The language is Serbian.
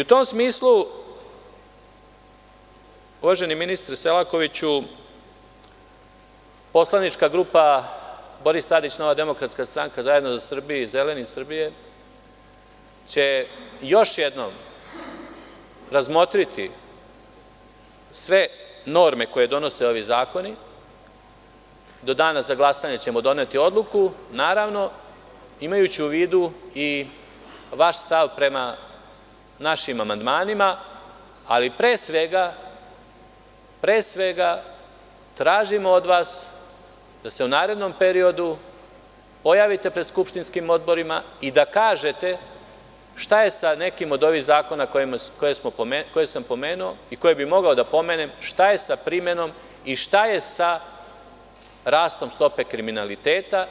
U tom smislu, uvaženi ministre Selakoviću, poslanička grupa Boris Tadić - Nova demokratska stranka - Zajedno za Srbiju i Zeleni Srbije će još jednom razmotriti sve norme koje donose ovi zakoni, do dana za glasanje ćemo doneti odluku, naravno, imajući u vidu i vaš stav prema našim amandmanima, ali pre svega tražim od vas da se u narednom periodu pojavite pred skupštinskim odborima i da kažete šta je sa nekim od ovih zakona koje sam pomenuo i koje bi mogao da pomenem, šta je sa primenom i šta je sa rastom stope kriminaliteta?